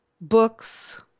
books